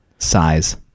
size